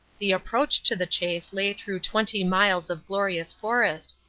the approach to the chase lay through twenty miles of glorious forest,